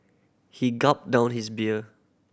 he gulped down his beer